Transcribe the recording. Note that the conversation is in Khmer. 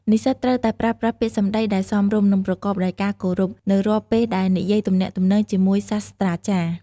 និស្សិតត្រូវតែ ប្រើប្រាស់ពាក្យសម្ដីដែលសមរម្យ និងប្រកបដោយការគោរព នៅរាល់ពេលដែលនិយាយទំនាក់ទំនងជាមួយសាស្រ្តាចារ្យ។